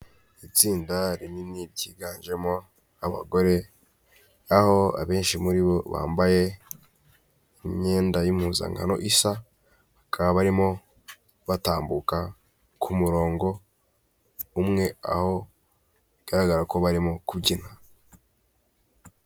Itsinda rinini ryiganjemo abagore aho abenshi muri bo bambaye imyenda y'impuzankano isa, bakaba barimo batambuka ku murongo umwe aho bigaragara ko barimo kubyina.